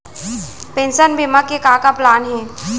Pension बीमा के का का प्लान हे?